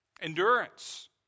Endurance